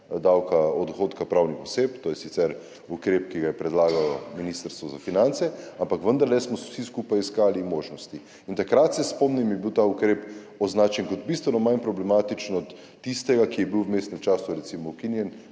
dohodka pravnih oseb. To je sicer ukrep, ki ga je predlagalo ministrstvo za finance, ampak vendarle smo vsi skupaj iskali možnosti. Takrat, se spomnim, je bil ta ukrep označen kot bistveno manj problematičen od tistega, ki je bil v vmesnem času recimo ukinjen,